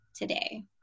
today